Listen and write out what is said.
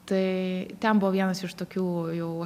tai ten buvo vienas iš tokių jau